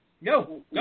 No